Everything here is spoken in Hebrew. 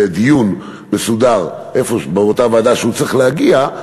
לדיון מסודר לאותה ועדה שהיא צריכה להגיע,